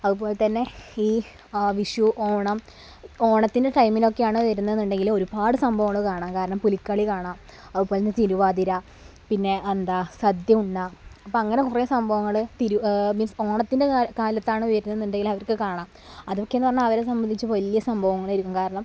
അതുപോലെ തന്നെ ഈ ആ വിഷു ഓണം ഓണത്തിന് ടൈമിലൊക്കെയാണ് വരുന്നത് എന്നുണ്ടെങ്കില് ഒരുപാട് സംഭവങ്ങള് കാണാം കാരണം പുലിക്കളി കാണാം അതുപോലെ തന്നെ തിരുവാതിര പിന്നെ എന്താ സദ്യ ഉണ്ണാം അപ്പോള് അങ്ങനെ കുറെ സംഭവങ്ങൾ മീന്സ് ഓണത്തിന്റെ കാലത്താണ് വരുന്നത് എന്നുണ്ടെങ്കില് അവര്ക്കു കാണാം അതൊക്കെ എന്ന് പറഞ്ഞാല് അവരെ സംബന്ധിച്ച് വലിയ സംഭവങ്ങൾ ആയിരിക്കും കാരണം